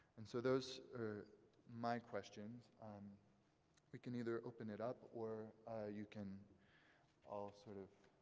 and so those are my questions. um we can either open it up, or you can all sort of